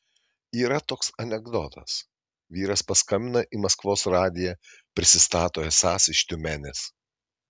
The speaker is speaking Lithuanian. yra toks anekdotas vyras paskambina į maskvos radiją prisistato esąs iš tiumenės